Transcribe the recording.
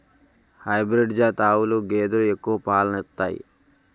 hybrid జాతి ఆవులు గేదెలు ఎక్కువ పాలను ఇత్తాయి